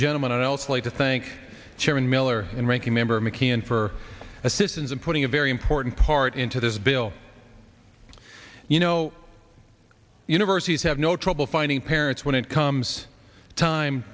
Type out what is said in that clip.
gentleman elsley to think chairman miller and ranking member mckeon for assistance in putting a very important part into this bill you know universities have no trouble finding parents when it comes time